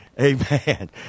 Amen